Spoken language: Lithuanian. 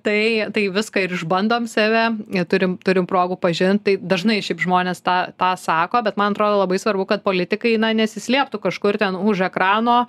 tai tai viską ir išbandom save turim turim progų pažint tai dažnai šiaip žmonės tą tą sako bet man atrodo labai svarbu kad politikai na nesislėptų kažkur ten už ekrano